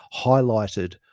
highlighted